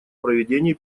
проведении